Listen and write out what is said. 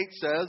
says